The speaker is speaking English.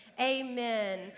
Amen